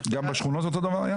גם בשכונות אותו דבר היה?